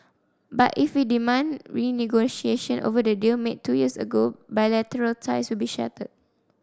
but if we demand renegotiation over the deal made two years ago bilateral ties will be shattered